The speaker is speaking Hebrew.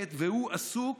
מתפרקת והוא עסוק